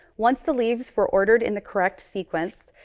once the leaves were ordered in the correct sequence,